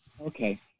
Okay